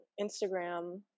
Instagram